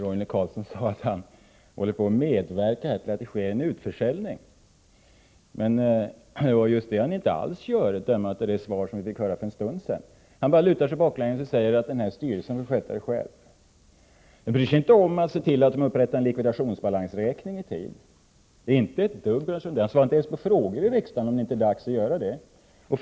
Herr talman! Roine Carlsson sade att han medverkar till att det sker en utförsäljning. Men det är just det han inte alls gör, att döma av det svar vi fick höra för en stund sedan. Han bara lutar sig bakåt och säger att den här styrelsen får sköta detta själv. Men han bryr sig inte om att se till att styrelsen upprättar en likvidationbalansräkning i tid. Han bryr sig inte ett dugg om det. Han svarar inte ens på frågor i riksdagen om det inte är dags att upprätta en sådan balansräkning nu.